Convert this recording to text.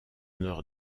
nord